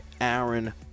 Aaron